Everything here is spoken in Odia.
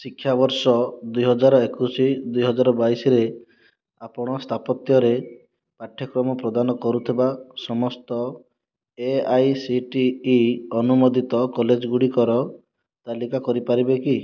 ଶିକ୍ଷାବର୍ଷ ଦୁଇ ହଜାର ଏକୋଇଶ ଦୁଇ ହଜାର ବାଇଶରେ ଆପଣ ସ୍ଥାପତ୍ୟ ରେ ପାଠ୍ୟକ୍ରମ ପ୍ରଦାନ କରୁଥିବା ସମସ୍ତ A I C T E ଅନୁମୋଦିତ କଲେଜ ଗୁଡ଼ିକର ତାଲିକା କରିପାରିବେ କି